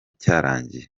cyarangiye